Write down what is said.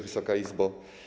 Wysoka Izbo!